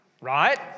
Right